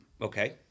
Okay